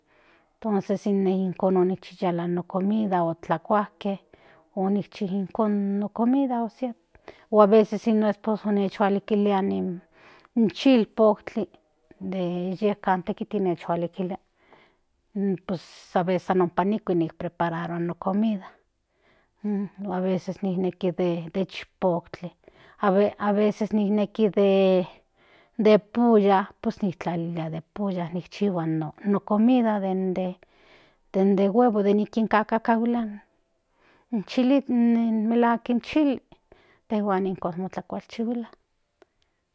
Tonces ine ijkon onichi yiyala no comida ojtalkuajke onikchi ijkon no comida siempre o aveces ino esposo chahuilkilia in chilpotli de yeka in tekitl nichinhuakilia aveces ompa nikuis oprepararua no comida aveces neki de chipotle aveces nijneki de pulla pos pues tlalilia de pulla nikchihua no coida den de huevo nikinkahuilia in chili melahuak in chili intejuan ijkon motlakualchihuilia.